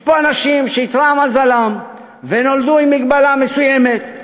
יש פה אנשים שאיתרע מזלם והם נולדו עם מגבלה מסוימת,